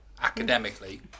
academically